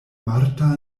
marta